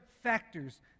factors